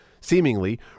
seemingly